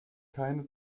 keine